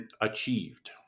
achieved